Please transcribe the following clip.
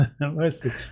Mostly